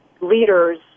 leaders